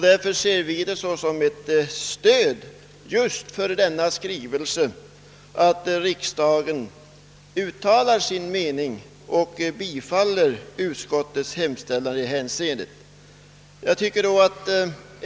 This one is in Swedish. Därför ser vi det såsom ett stöd just för denna skrivelse att riksdagen uttalar sin mening och bifaller utskottets hemställan i detta hänseende.